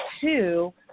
two